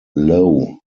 low